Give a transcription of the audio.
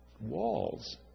Walls